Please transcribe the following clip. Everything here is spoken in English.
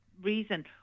reason